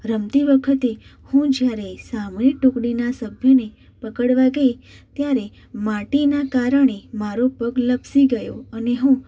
રમતી વખતે હું જ્યારે સામેની ટૂકડીના સભ્યોને પકડવા ગઈ ત્યારે માટીનાં કારણે મારો પગ લપસી ગયો અને હું